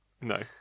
No